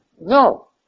No